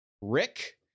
rick